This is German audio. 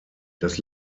das